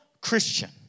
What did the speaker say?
Christian